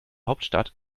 hauptstadt